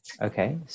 Okay